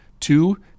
Two